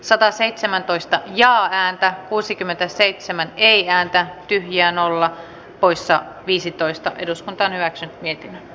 sataseitsemäntoista ja vääntää kuusikymmentäseitsemän ei ääntä tyhjiä nolla poissa viisitoista eduskuntaneeksi miten ne